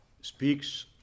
speaks